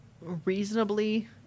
reasonably